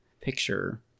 picture